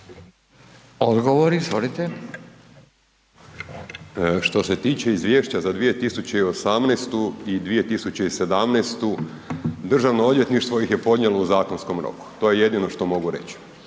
**Jelenić, Dražen** Što se tiče izvješća za 2018. i 2017., Državno odvjetništvo ih je podnijelo u zakonskom roku, to je jedino što mogu reć.